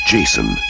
Jason